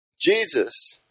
Jesus